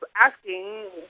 asking